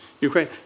Ukraine